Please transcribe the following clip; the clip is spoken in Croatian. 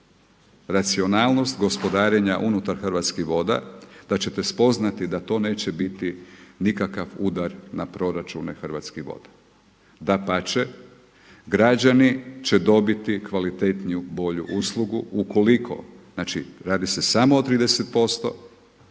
racionalnost gospodarenja unutar Hrvatskih voda, da ćete spoznati da to neće biti nikakav udar na proračune Hrvatskih voda. Dapače, građani će dobiti kvalitetniju, bolju uslugu. Ukoliko, znači radi se samo o 30